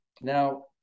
Now